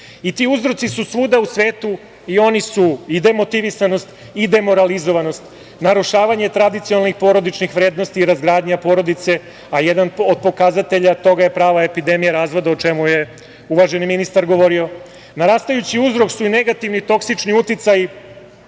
Ti uzroci su svuda u svetu i oni su i demotivisanost, demoralizovanost, narušavanje tradicionalnih porodičnih vrednosti, razgradnja porodice, a jedan od pokazatelja toga je prava epidemija razvoda o čemu je uvaženi ministar govori. Narastajući uzrok su i negativni, toksični uticaji